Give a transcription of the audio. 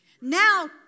Now